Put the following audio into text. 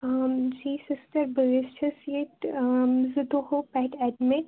جی sister بہٕ حظ چھس ییٚتہِ زٕ دۄہو پٮ۪ٹھ ایٚڈمِٹ